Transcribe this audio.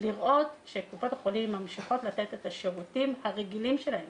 לראות שקופות החולים ממשיכות לתת את השירותים הרגילים שלהן